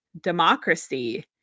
democracy